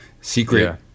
Secret